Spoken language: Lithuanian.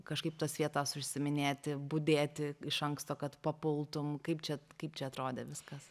kažkaip tas vietas užsiiminėti budėti iš anksto kad papultum kaip čia kaip čia atrodė viskas